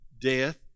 death